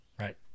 Right